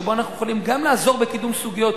שבו אנחנו יכולים גם לעזור בקידום סוגיות,